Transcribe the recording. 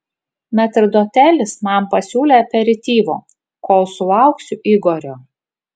metrdotelis man pasiūlė aperityvo kol sulauksiu igorio